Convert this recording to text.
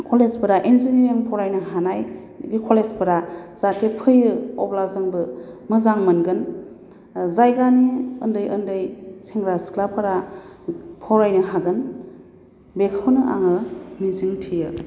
कलेजफोरा इनजिनियारिं फरायनो हानाय बिदि कलेजफोरा जाहाथे फैयो अब्ला जोंबो मोजां मोनगोन जायगानि ओन्दै ओन्दै सेंग्रा सिख्लाफोरा फरायनो हागोन बेखौनो आङो मिजिं थियो